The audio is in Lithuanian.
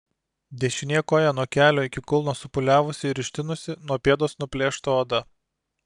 dešinė koja nuo kelio iki kulno supūliavusi ir ištinusi nuo pėdos nuplėšta oda